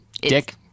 Dick